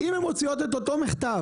אם הן מוציאות את אותו מכתב,